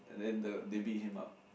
and then the they beat him up